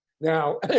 now